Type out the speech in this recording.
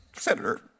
Senator